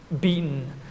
beaten